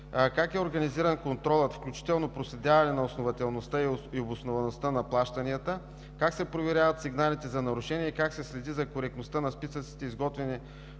Как е организиран контролът, включително проследяване на основателността и обосноваността на плащанията? Как се проверяват сигналите за нарушения и как се следи за коректността на списъците, изготвени